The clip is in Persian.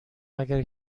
اگر